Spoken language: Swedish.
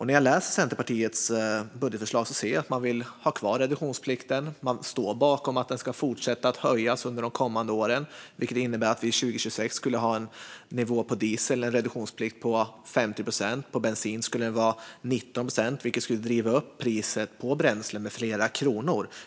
När jag läser Centerpartiets budgetförslag ser jag att man vill ha kvar reduktionsplikten; man står bakom att den ska fortsätta att höjas under de kommande åren. Detta innebär att vi 2026 skulle ha en reduktionspliktsnivå på 50 procent på diesel och 19 procent på bensin, vilket skulle driva upp priset på bränsle med flera kronor.